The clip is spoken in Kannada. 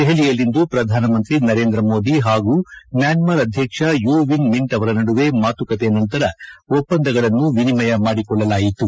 ದೆಹಲಿಯಲ್ಲಿಂದು ಪ್ರಧಾನಮಂತ್ರಿ ನರೇಂದ್ರ ಮೋದಿ ಹಾಗೂ ಮ್ಯಾನ್ಮಾರ್ ಅಧ್ವಕ್ಷ ಯೂ ವಿನ್ ಮಿಂಟ್ ಅವರ ನಡುವೆ ಮಾತುಕತೆ ನಂತರ ಒಪ್ಪಂದಗಳನ್ನು ವಿನಿಮಯ ಮಾಡಿಕೊಳ್ಳಲಾಯಿತು